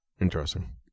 interesting